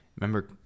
remember